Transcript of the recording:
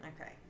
Okay